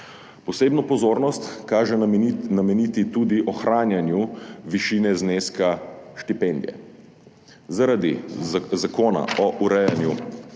Posebno pozornost kaže nameniti tudi ohranjanju višine zneska štipendije. Zaradi Zakona o urejanju